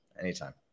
Anytime